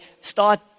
Start